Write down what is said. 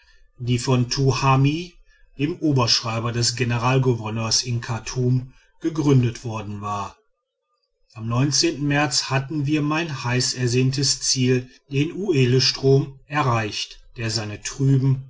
die von tuhami dem oberschreiber des generalgouverneurs in chartum gegründet worden war am märz hatten wir mein heißersehntes ziel den uellestrom erreicht der seine trüben